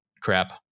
crap